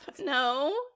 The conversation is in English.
No